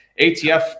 ATF